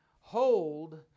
hold